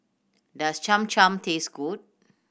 does Cham Cham taste good